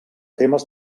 temes